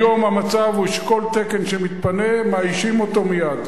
היום המצב הוא שכל תקן שמתפנה, מאיישים אותו מייד,